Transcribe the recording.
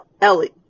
Ellie